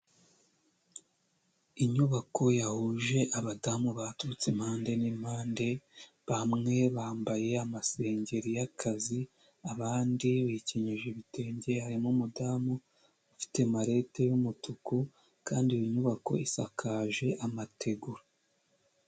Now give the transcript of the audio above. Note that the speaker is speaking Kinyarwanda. Inyubako yahuje abadamu baturutse impande n'impande, bamwe bambaye amasengeri y'akazi abandi bikenyeje ibitenge, harimo umudamu ufite marete y'umutuku kandi iyo nyubako isakaje amategura.